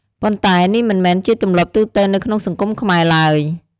ប៉ុន្តែនេះមិនមែនជាទម្លាប់ទូទៅនៅក្នុងសង្គមខ្មែរឡើយ។